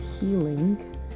healing